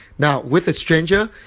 now, with a stranger,